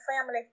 family